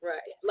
Right